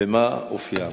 ומהו אופיים?